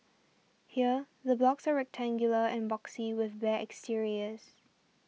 here the blocks are rectangular and boxy with bare exteriors